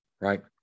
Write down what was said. right